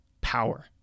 power